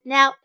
Now